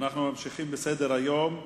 אנחנו ממשיכים בסדר-היום.